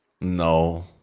No